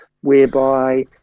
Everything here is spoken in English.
whereby